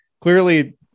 Clearly